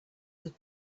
that